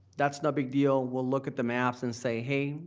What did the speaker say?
that's no big deal. we'll look at the math and say, hey,